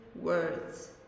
words